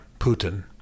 Putin